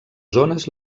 zones